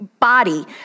body